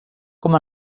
com